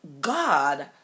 God